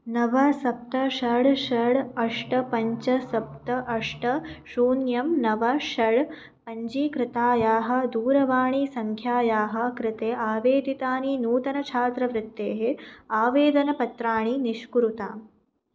नव सप्त षड् षड् अष्ट पञ्च सप्त अष्ट शून्यं नव षड् पञ्चीकृतायाः दूरवाणीसङ्ख्यायाः कृते आवेदितानि नूतनछात्रवृत्तेः आवेदनपत्राणि निष्कुरुताम्